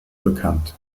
bekannt